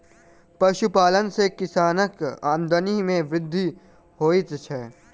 पशुपालन सॅ किसानक आमदनी मे वृद्धि होइत छै